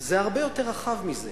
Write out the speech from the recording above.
זה הרבה יותר רחב מזה.